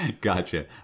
Gotcha